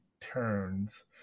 turns